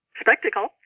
spectacle